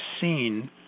seen